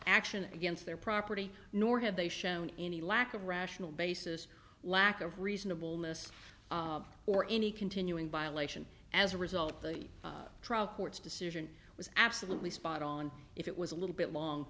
action against their property nor have they shown any lack of rational basis lack of reasonable miss or any continuing violation as a result the trial court's decision was absolutely spot on if it was a little bit long